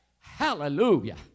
hallelujah